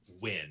win